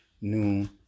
noon